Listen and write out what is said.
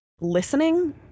listening